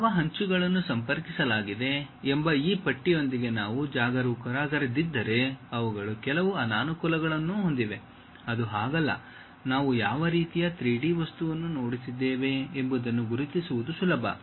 ಯಾವ ಅಂಚುಗಳನ್ನು ಸಂಪರ್ಕಿಸಲಾಗಿದೆ ಎಂಬ ಈ ಪಟ್ಟಿಯೊಂದಿಗೆ ನಾವು ಜಾಗರೂಕರಾಗಿರದಿದ್ದರೆ ಅವುಗಳು ಕೆಲವು ಅನಾನುಕೂಲಗಳನ್ನು ಹೊಂದಿವೆ ಅದು ಹಾಗಲ್ಲ ನಾವು ಯಾವ ರೀತಿಯ 3D ವಸ್ತುವನ್ನು ನೋಡುತ್ತಿದ್ದೇವೆ ಎಂಬುದನ್ನು ಗುರುತಿಸುವುದು ಸುಲಭ